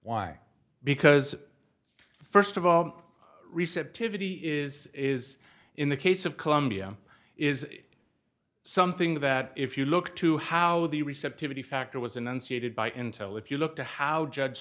why because first of all receptivity is is in the case of colombia is something that if you look to how the receptivity factor was an unstated by intel if you look to how judge